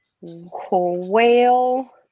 whale